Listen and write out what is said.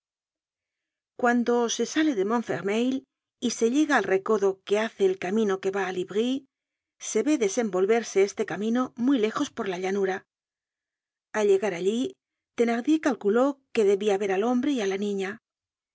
cuando se sale de montfermeil y se llega al recodo que hace el camino que va á livry se ve desenvolverse este camino muy lejos por la llanura al llegar allí thenardier calculó que debia ver al hombre y á la niña